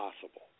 possible